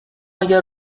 اگر